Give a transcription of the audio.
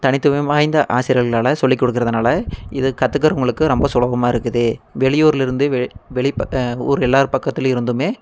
தனித்துவம் வாய்ந்த ஆசிரியர்களால் சொல்லிக் கொடுக்கறதனால இதை கற்றுக்குறவங்களுக்கு ரொம்ப சுலபமாக இருக்குது வெளியூர்லருந்து வெ வெளி ஊர் எல்லார் பக்கத்தில் இருந்துமே